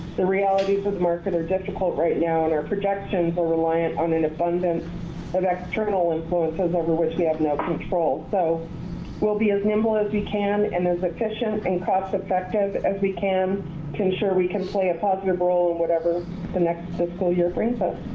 the realities of the market are difficult right now, and our projections are reliant on an abundance of external influences over which we have no control. so we'll be as nimble as we can, and as efficient and cost effective as we can to ensure we can play a positive role in whatever the next fiscal year brings us.